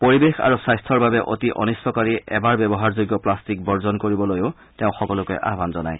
পৰিৱেশ আৰু স্বাস্থৰ বাবে অতি অনিট্টকাৰী এবাৰ ব্যৱহাৰযোগ্য প্লাষ্টিক বৰ্জন কৰিবলৈও তেওঁ সকলোকে আহান জনায়